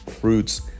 fruits